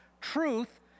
truth